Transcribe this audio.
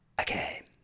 okay